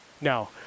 no